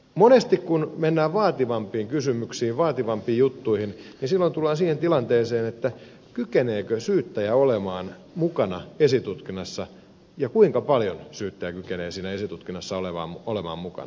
monesti kun mennään vaativampiin kysymyksiin vaativampiin juttuihin tullaan siihen kysymykseen kykeneekö syyttäjä olemaan mukana esitutkinnassa ja kuinka paljon syyttäjä kykenee esitutkinnassa olemaan mukana